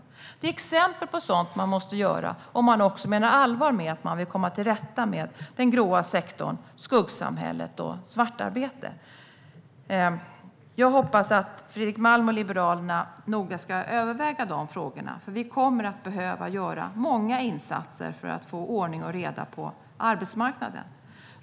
Detta är exempel på sådant som man måste göra om man också menar allvar med att man vill komma till rätta med den grå sektorn, skuggsamhället och svartarbete. Jag hoppas att Fredrik Malm och Liberalerna ska överväga dessa frågor noga. Vi kommer nämligen att behöva göra många insatser för att få ordning och reda på arbetsmarknaden.